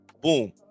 boom